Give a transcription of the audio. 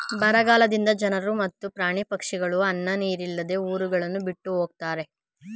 ಬರಗಾಲದಿಂದ ಜನರು ಮತ್ತು ಪ್ರಾಣಿ ಪಕ್ಷಿಗಳು ಅನ್ನ ನೀರಿಲ್ಲದೆ ಊರುಗಳನ್ನು ಬಿಟ್ಟು ಹೊಗತ್ತರೆ